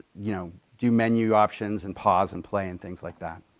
you know, do menu options and pause and play and things like that.